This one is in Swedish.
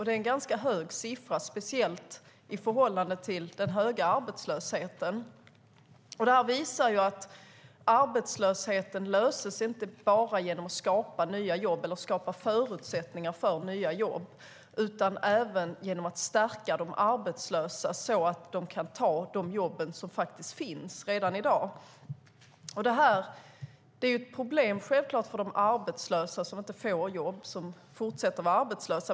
Det är en ganska hög siffra, speciellt i förhållande till den höga arbetslösheten. Det här visar att problemet med arbetslösheten inte bara löses genom att skapa nya jobb eller skapa förutsättningar för nya jobb utan även genom att stärka de arbetslösa så att de kan ta de jobb som redan i dag finns. Det här är självklart ett problem för de arbetslösa som inte får jobb och som fortsätter att vara arbetslösa.